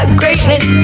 greatness